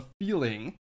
feeling